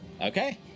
Okay